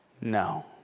No